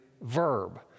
verb